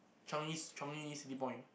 Changi s~ Changi-City-Point